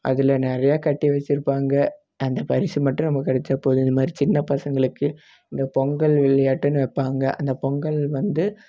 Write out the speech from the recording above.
அதில் நிறைய கட்டி வச்சுருப்பாங்க அந்த பரிசு மட்டும் நமக்கு கிடைத்தா போதும் இந்த மாதிரி சின்ன பசங்களுக்கு இந்த பொங்கல் விளையாட்டுன்னு வைப்பாங்க அந்த பொங்கல் வந்து